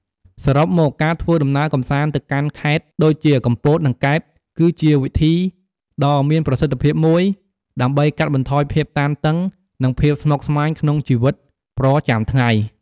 សរុបមក ការធ្វើដំណើរកម្សាន្តទៅកាន់ខេត្តដូចជាកំពត និងកែប គឺជាវិធីដ៏មានប្រសិទ្ធភាពមួយដើម្បីកាត់បន្ថយភាពតានតឹង និងភាពស្មុគស្មាញក្នុងជីវិតប្រចាំថ្ងៃ។